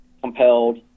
compelled